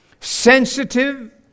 sensitive